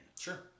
Sure